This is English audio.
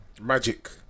Magic